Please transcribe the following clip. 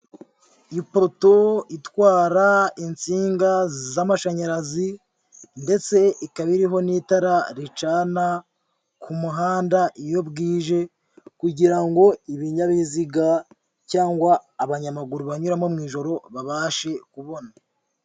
Ipoto itwara insinga z'amashanyarazi ndetse ikaba iriho n'itara ricana ku muhanda iyo bwije, kugira ngo ibinyabiziga cyangwa abanyamaguru banyuramo mu ijoro babashe kubona.